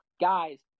guys